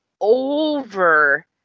over